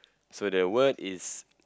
so the word is